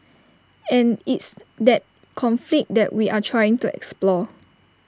and it's that conflict that we are trying to explore